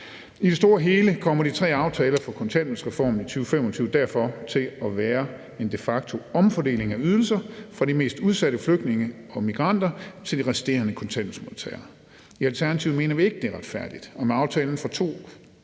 I det store hele kommer de tre aftaler for kontanthjælpsreformen i 2025 derfor til at være en de facto-omfordeling af ydelser fra de mest udsatte flygtninge og migranter til de resterende kontanthjælpsmodtagere. I Alternativet mener vi ikke, det er retfærdigt, og med aftalen for